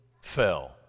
fell